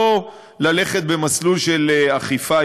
לא ללכת במסלול של אכיפה,